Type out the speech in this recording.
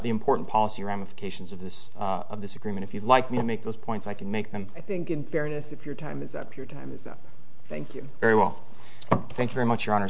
the important policy ramifications of this of this agreement if you like me to make those points i can make them i think in fairness if your time is up your time is up thank you very well thanks very much